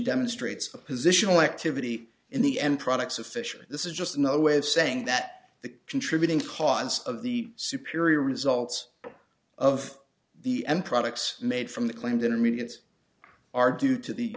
demonstrates a positional activity in the end products of fischer this is just another way of saying that the contributing cause of the superior results of the em products made from the claimed intermediates are due to the